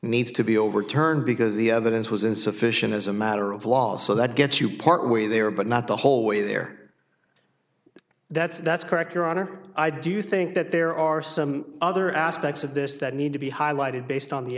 needs to be overturned because the evidence was insufficient as a matter of law so that gets you part way there but not the whole way there that's that's correct your honor i do think that there are some other aspects of this that need to be highlighted based on the